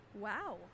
Wow